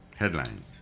headlines